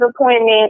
appointment